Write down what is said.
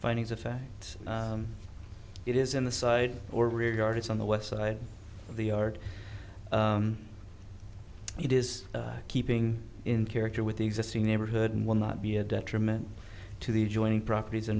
findings of fact it is in the side or regard it's on the west side of the ard it is keeping in character with the existing neighborhood and will not be a detriment to the adjoining properties or